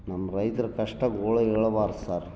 ನಮ್ಮ ರೈತರ ಕಷ್ಟ ಗೋಳು ಹೇಳ್ಬಾರ್ದ್ ಸರ್